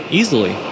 easily